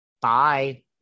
Bye